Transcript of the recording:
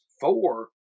four